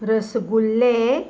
रसगुल्ले